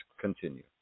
continue